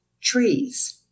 Trees